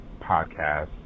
podcast